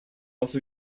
also